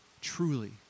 truly